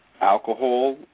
alcohol